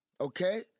okay